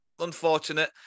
unfortunate